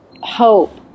hope